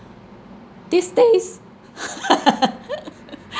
these days